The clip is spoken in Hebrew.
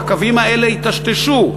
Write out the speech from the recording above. כי הקווים האלה היטשטשו.